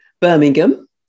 Birmingham